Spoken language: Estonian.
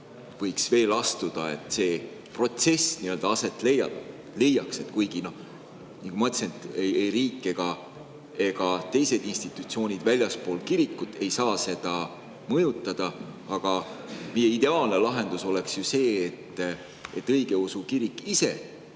võiks veel astuda, et see protsess aset leiaks. Kuigi, nagu ma ütlesin, ei riik ega teised institutsioonid väljaspool kirikut ei saa seda mõjutada, aga ideaalne lahendus oleks ju see, et õigeusu kirik ise